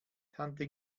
tante